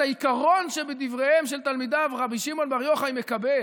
את העיקרון שבדבריהם של תלמידיו רבי שמעון בר יוחאי מקבל,